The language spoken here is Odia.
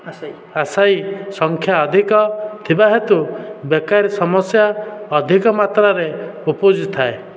ଆଶାୟୀ ସଂଖ୍ୟା ଅଧିକ ଥିବା ହେତୁ ବେକାରୀ ସମସ୍ୟା ଅଧିକ ମାତ୍ରାରେ ଉପୁଜୁ ଥାଏ